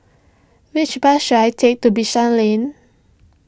which bus should I take to Bishan Lane